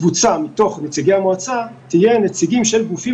קבוצה מתוך נציגי המועצה תהיה נציגים של גופים